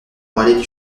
relais